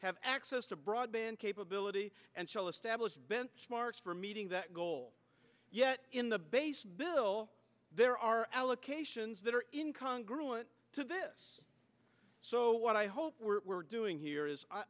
have access to broadband capability and shall establish been smart for meeting that goal yet in the base bill there are allocations that are in congress to this so what i hope we're doing here is i